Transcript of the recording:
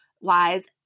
wise